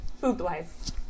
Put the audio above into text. food-wise